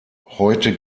heute